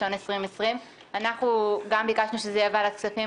אנחנו גם ביקשנו שזה יהיה בוועדת כספים,